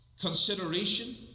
consideration